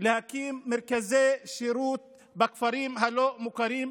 להקים מרכזי שירות בכפרים הלא-מוכרים.